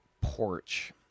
porch